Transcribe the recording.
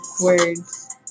words